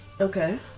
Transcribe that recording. Okay